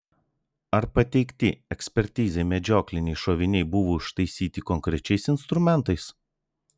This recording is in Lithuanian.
ar pateikti ekspertizei medžiokliniai šoviniai buvo užtaisyti konkrečiais instrumentais